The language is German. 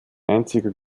einziger